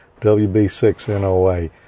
WB6NOA